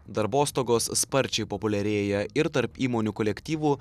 darbostogos sparčiai populiarėja ir tarp įmonių kolektyvų